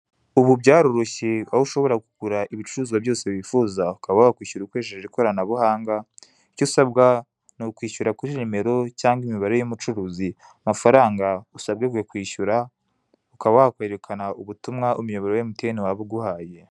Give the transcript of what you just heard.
Ubu byaroroshye aho ushobora kugura ibicuruzwa byose wifuza ukaba wakwishyura ukoresheje ikoranabuhanga icyo usabwa ni ukwishyura kuri nimero cyangwa imibare yumucuruzi amafaranga usabwe ubwo kwishyura ukaba wakwerekana ubutumwa umiyoboro wa MTN waba iguhaye.